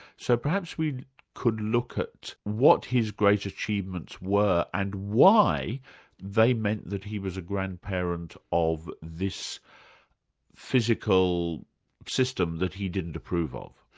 so perhaps we could look at what his great achievements were and why they meant that he was a grandparent of this physical system that he didn't approve of.